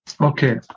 Okay